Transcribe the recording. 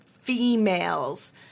females